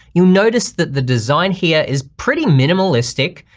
you'll notice that the design here is pretty minimalistic,